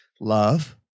Love